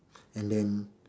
and then